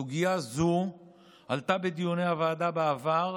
סוגיה זו עלתה בדיוני הוועדה בעבר,